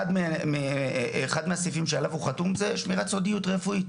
אחד מהסעיפים שעליו הוא חתום זה שמירת סודיות רפואית,